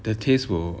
the taste will